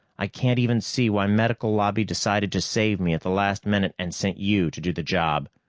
i can't even see why medical lobby decided to save me at the last minute and sent you to do the job.